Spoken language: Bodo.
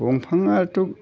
बिफाङाथ'